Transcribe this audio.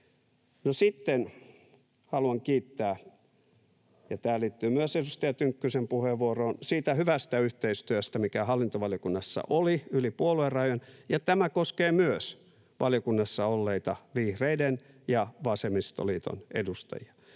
sitten haluan kiittää — ja tämä liittyy myös edustaja Tynkkysen puheenvuoroon — siitä hyvästä yhteistyöstä, mikä hallintovaliokunnassa oli yli puoluerajojen, ja tämä koskee myös valiokunnassa olleita vihreiden ja vasemmistoliiton edustajia.